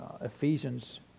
Ephesians